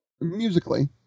musically